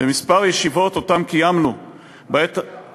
זה קיים